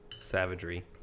savagery